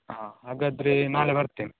ಹಾಂ ಹಾಗಾದರೆ ನಾಳೆ ಬರ್ತೇವೆ